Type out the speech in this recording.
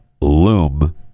Loom